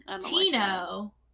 Tino